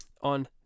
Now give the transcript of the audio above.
on